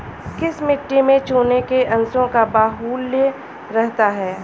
किस मिट्टी में चूने के अंशों का बाहुल्य रहता है?